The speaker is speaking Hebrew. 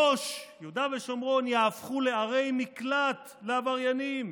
יו"ש, יהודה ושומרון, יהפכו לערי מקלט לעבריינים,